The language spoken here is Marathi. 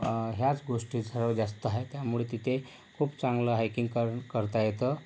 ह्याच गोष्टी सर्वात जास्त आहे त्यामुळे तिथे खूप चांगलं हायकिंग कर करता येतं